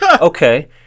Okay